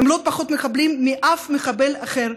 הם לא פחות מחבלים משום מחבל אחר.